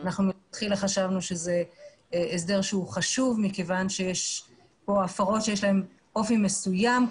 מלכתחילה חשבנו שזה הסדר חשוב מכיוון שיש פה הפרות שיש להן אופי מסוים,